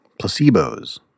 placebos